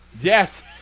Yes